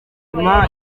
nyuma